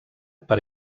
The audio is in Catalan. per